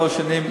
כל השנים,